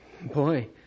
Boy